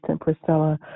Priscilla